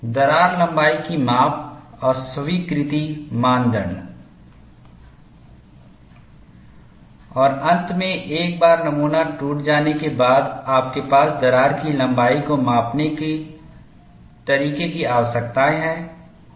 दरार लंबाई की माप और स्वीकृति मानदंड और अंत में एक बार नमूना टूट जाने के बाद आपके पास दरार की लंबाई को मापने के तरीके की आवश्यकताएं हैं